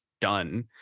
done